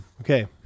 Okay